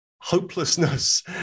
hopelessness